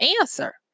answer